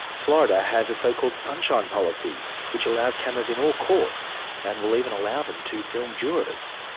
florida has a so-called sunshine policy which allows cameras in all court and will even allow them to film jurors.